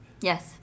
Yes